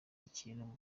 ikintu